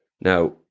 Now